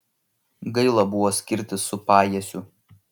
gaila buvo skirtis su pajiesiu